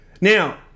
Now